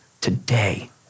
today